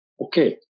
okay